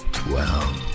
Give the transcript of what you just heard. twelve